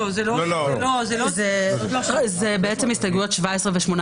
אלה הסתייגויות 17 ו-18